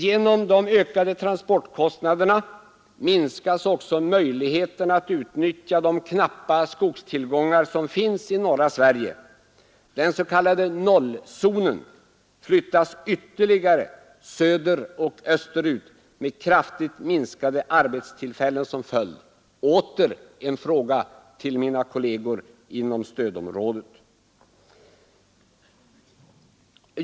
Genom de ökade transportkostnaderna minskas också möjligheterna att utnyttja de knappa skogstillgångar som finns i norra Sverige. Den s.k. nollzonen flyttas ytterligare söderoch österut med kraftigt minskade arbetstillfällen som följd. Åter en fråga för mina kolleger inom stödområdet att ta ställning till.